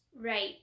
Right